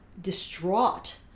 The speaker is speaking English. distraught